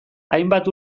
hainbat